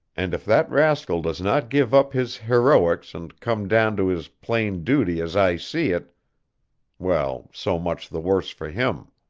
and if that rascal does not give up his heroics and come down to his plain duty as i see it well, so much the worse for him.